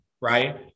right